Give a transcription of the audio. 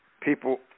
people